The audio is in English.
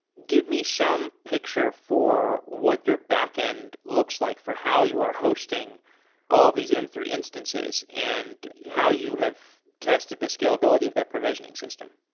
give me some picture for what your back-end looks like for how you are hosting all these m three instances and how you have tested the scalability of that provisioning system